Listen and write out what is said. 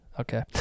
Okay